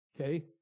Okay